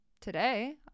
today